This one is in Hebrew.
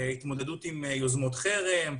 התמודדות עם יוזמות חרם,